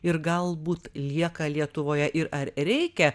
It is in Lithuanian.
ir galbūt lieka lietuvoje ir ar reikia